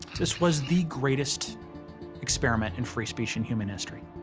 this was the greatest experiment in free speech in human history.